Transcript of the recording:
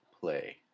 play